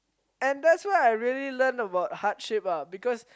and that's what I really learn about hardship ah because